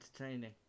entertaining